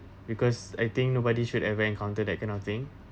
because I think nobody should ever encounter that kind of thing